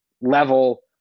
level